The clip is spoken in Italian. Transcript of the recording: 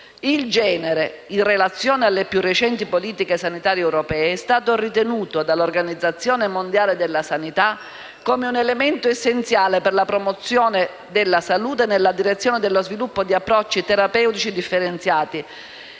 Il genere, in relazione alle più recenti politiche sanitarie europee, è stato ritenuto dall'Organizzazione mondiale della sanità, come un elemento essenziale per la promozione della salute, nella direzione dello sviluppo di approcci terapeutici differenziati